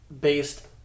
based